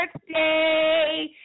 birthday